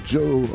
Joe